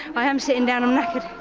i am sitting down, i'm knackered,